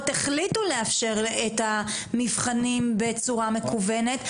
החליטו לאפשר את המבחנים בצורה מקוונת.